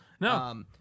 No